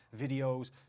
videos